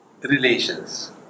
relations